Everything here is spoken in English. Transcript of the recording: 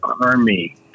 army